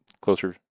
closer